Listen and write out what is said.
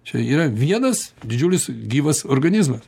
čia yra vienas didžiulis gyvas organizmas